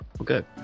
Okay